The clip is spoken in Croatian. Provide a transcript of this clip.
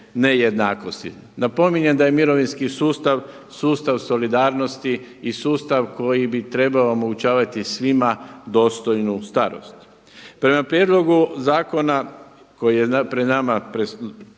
nejednakosti. Napominjem da je mirovinski sustav sustav solidarnosti i sustav koji bi trebamo omogućavati svima dostojnu starost. Prema prijedlogu zakona koji je pred nama predstavljen